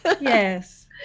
yes